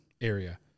area